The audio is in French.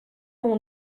mon